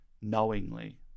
knowingly